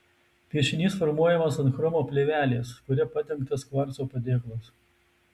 piešinys formuojamas ant chromo plėvelės kuria padengtas kvarco padėklas